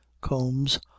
combs